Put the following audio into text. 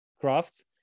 craft